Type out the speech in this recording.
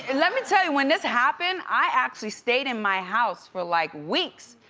and let me tell you when this happened, i actually stayed in my house for like weeks.